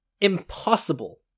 impossible